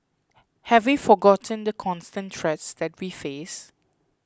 have we forgotten the constant threats that we face